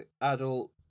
adult